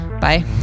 Bye